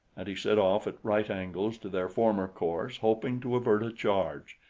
and he set off at right angles to their former course, hoping to avert a charge.